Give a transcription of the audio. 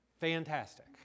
Fantastic